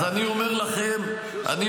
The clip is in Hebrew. אז אני אומר לכם --- שוסטר, הבנת?